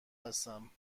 هستم